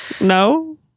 No